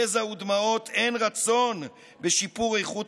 גזע ודמעות אין רצון בשיפור איכות